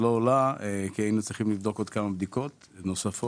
כי היינו צריכים לעשות כמה בדיקות נוספות.